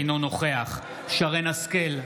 אינו נוכח שרן מרים השכל,